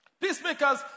Peacemakers